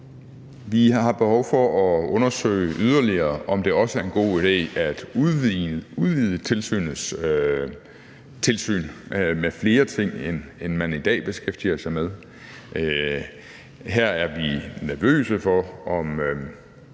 Vi har behov for at undersøge yderligere, om det også er en god idé at udvide tilsynets tilsyn med flere ting, end man i dag beskæftiger sig med. Her er vi nervøse for, om